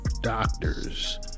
doctors